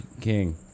king